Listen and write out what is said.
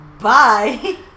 bye